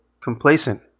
complacent